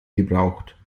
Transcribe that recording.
gebraucht